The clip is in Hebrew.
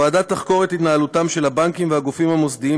הוועדה תחקור את התנהלותם של הבנקים והגופים המוסדיים